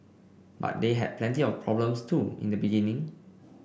but they had plenty of problems too in the beginning